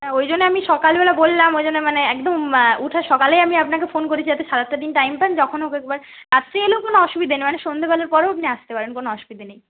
হ্যাঁ ওই জন্যে আমি সকালবেলা বললাম ওই জন্য মানে একদম উঠে সকালেই আমি আপনাকে ফোন করেছি যাতে সারাটা দিন টাইম পান যখন হোক একবার রাত্রে এলেও কোনো অসুবিধা নেই মানে সন্ধেবেলার পরেও আপনি আসতে পারেন কোনো অসুবিধে নেই